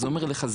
וזה אומר לחזק